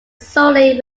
solely